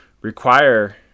require